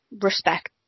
respect